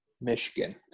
Michigan